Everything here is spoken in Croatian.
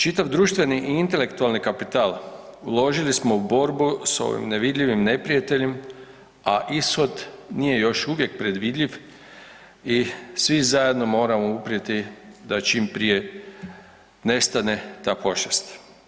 Čitav društveni i intelektualni kapital uložili smo u borbu s ovim nevidljivim neprijateljem, a ishod nije još uvijek predvidljiv i svi zajedno moramo uprijeti da čim prije nestane ta pošast.